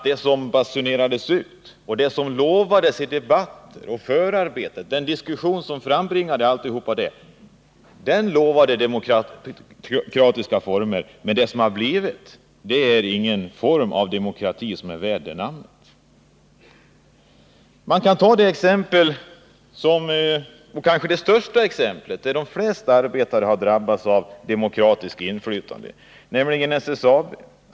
Det som basunerades ut och som lovades i debatter och förarbeten var demokratiska former. Men det som har blivit är ingen form som är värd namnet demokrati. Man kan t.ex. ta det företag där de flesta arbetare har drabbats av ”demokratiskt inflytande”, nämligen SSAB.